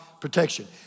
protection